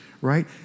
right